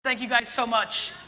thank you guys so much.